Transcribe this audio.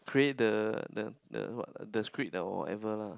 create the the the what the script or whatever lah